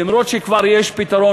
למרות שכבר יש פתרון?